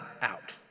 out